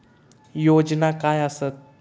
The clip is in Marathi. योजना काय आसत?